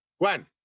Gwen